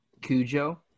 Cujo